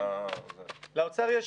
כן.